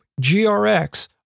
GRX